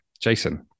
Jason